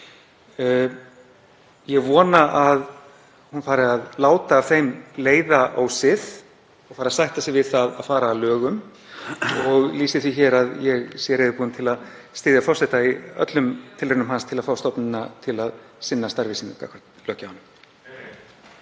Ég vona að hún fari að láta af þeim leiða ósið og fari að sætta sig við það að fara að lögum. Ég lýsi því yfir að ég er reiðubúinn til að styðja forseta í öllum tilraunum hans til að fá stofnunina til að sinna starfi